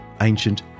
ancient